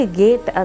gate